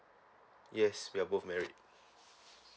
yes we are both married